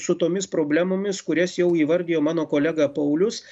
su tomis problemomis kurias jau įvardijo mano kolega paulius